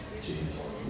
Jesus